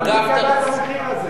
אגף תקציבים,